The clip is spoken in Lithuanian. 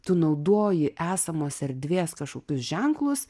tu naudoji esamos erdvės kažkokius ženklus